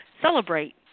celebrate